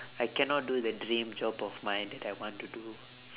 I cannot do the dream job of mine that I want to do